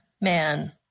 Man